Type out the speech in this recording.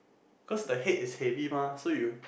cause the head is heavy mah so you